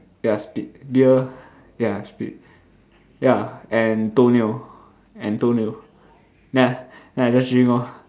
yah spit beer ya spit ya and toenail and toenail then I then I just drink lor